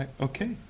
okay